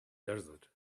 desert